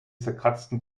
zerkratzten